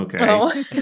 Okay